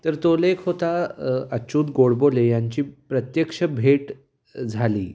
तर तो लेख होता अच्युत गोडबोले यांची प्रत्यक्ष भेट झाली